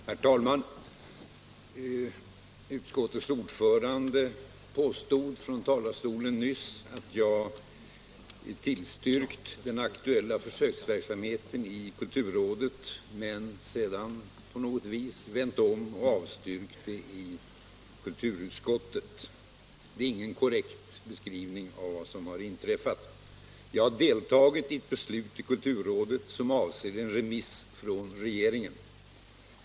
Herr talman! Utskottets ordförande påstod från talarstolen nyss att jag tillstyrkt den aktuella försöksverksamheten i kulturrådet men sedan på något vis vänt om och avstyrkt den i kulturutskottet. Det är ingen korrekt beskrivning av vad som har inträffat. Jag har deltagit i ett beslut i kulturrådet som avser en remiss från regeringen.